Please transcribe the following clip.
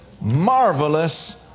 marvelous